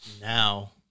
now